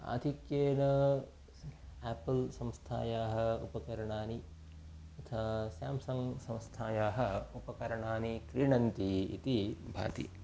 आधिक्येन आपल् संस्थायाः उपकरणानि तथा स्याम्संग् संस्थायाः उपकरणानि क्रीणन्ति इति भाति